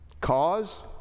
Cause